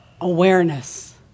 awareness